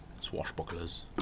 swashbucklers